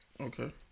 Okay